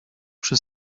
przy